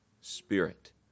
Spirit